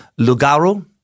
Lugaru